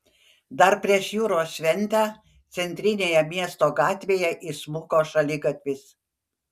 dar prieš jūros šventę centrinėje miesto gatvėje įsmuko šaligatvis